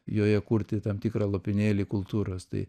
joje kurti tam tikrą lopinėlį kultūros tai